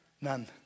None